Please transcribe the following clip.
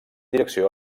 direcció